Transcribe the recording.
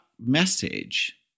message